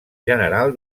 general